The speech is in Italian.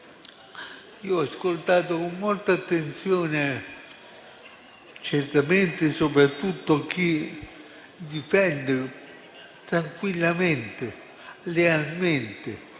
Ho ascoltato con molta attenzione, certamente, soprattutto chi difende tranquillamente, lealmente,